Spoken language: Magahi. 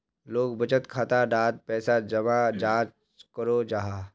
लोग बचत खाता डात पैसा जमा चाँ करो जाहा?